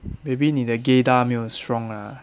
maybe 你的 gaydar 没有 strong lah